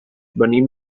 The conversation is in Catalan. venim